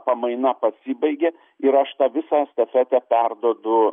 pamaina pasibaigė ir aš tą visą estafetę perduodu